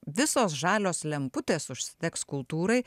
visos žalios lemputės užsidegs kultūrai